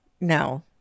No